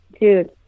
dude